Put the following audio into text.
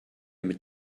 mit